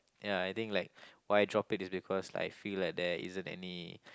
ya I think like why drop it is because I feel like there isn't any